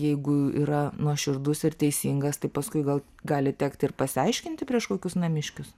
jeigu yra nuoširdus ir teisingas tai paskui gal gali tekti ir pasiaiškinti prieš kokius namiškius